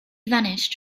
vanished